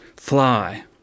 Fly